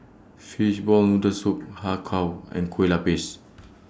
Fishball Noodle Soup Har Kow and Kueh Lapis